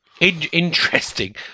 Interesting